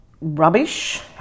rubbish